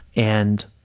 and